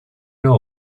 know